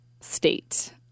state